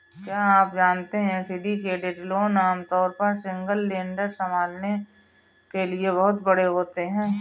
क्या आप जानते है सिंडिकेटेड लोन आमतौर पर सिंगल लेंडर संभालने के लिए बहुत बड़े होते हैं?